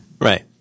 Right